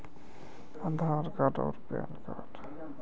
हमरा खाता के मिनी स्टेटमेंट जानने के क्या क्या लागत बा?